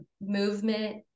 movement